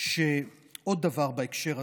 עוד דבר בהקשר הזה.